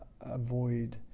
avoid